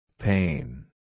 Pain